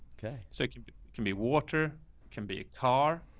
okay, so it can, it can be water can be a car,